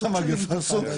המגיפה,